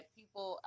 people